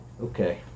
Okay